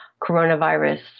coronavirus